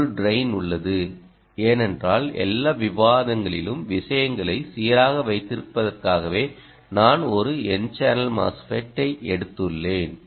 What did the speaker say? ஓரு டிரெய்ன் உள்ளது ஏனென்றால் எல்லா விவாதங்களிலும் விஷயங்களை சீராக வைத்திருப்பதற்காகவே நான் ஒரு n சேனல் MOSFET ஐ எடுத்துள்ளேன்